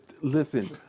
listen